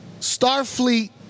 Starfleet